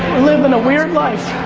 live in a weird life.